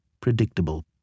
predictable